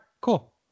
cool